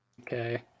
Okay